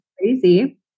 crazy